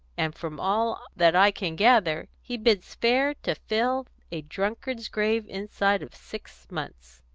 and from all that i can gather, he bids fair to fill a drunkard's grave inside of six months.